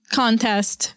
contest